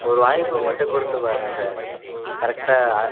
ஒரு வாய்ப்பு மட்டும் கொடுத்துப் பாருங்கள் சார் கரெக்டாக